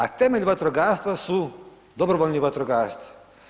A temelj vatrogastva su dobrovoljni vatrogasci.